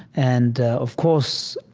and of course,